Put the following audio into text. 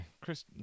Chris